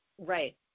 right